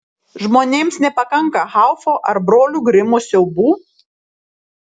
žmonėms nepakanka haufo ar brolių grimų siaubų